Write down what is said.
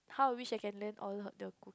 how I wish I can learn all her the